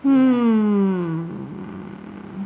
hmm